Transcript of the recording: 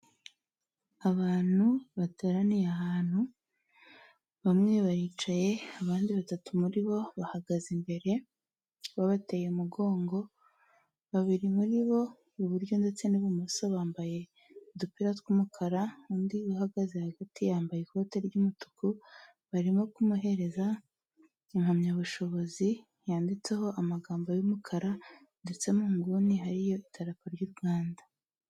Abantu bateraniye ahantu bamwe baricaye abandi batatu muri bo bahagaze imbere, babateye umugongo, babiri muri bo iburyo ndetse n'ibumoso bambaye udupira tw'umukara, undi uhagaze hagati yambaye ikote ry'umutuku, barimo kumuhereza impamyabushobozi yanditseho amagambo y'umukara, ndetse mu nguni hariyo idarapo ry'u Rwanda.